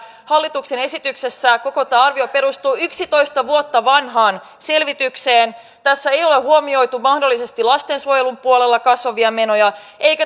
hallituksen esityksessä koko tämä arvio perustuu yksitoista vuotta vanhaan selvitykseen tässä ei ole huomioitu mahdollisesti lastensuojelun puolella kasvavia menoja eikä